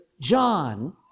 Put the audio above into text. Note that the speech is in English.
John